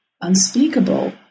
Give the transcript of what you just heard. unspeakable